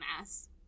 ass